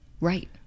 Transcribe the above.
Right